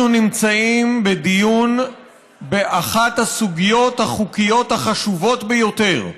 אנחנו נמצאים בדיון באחת הסוגיות החוקיות החשובות ביותר.